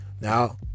now